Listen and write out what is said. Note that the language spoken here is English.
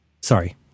Sorry